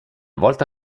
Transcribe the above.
volta